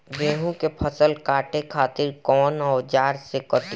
गेहूं के फसल काटे खातिर कोवन औजार से कटी?